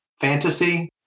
fantasy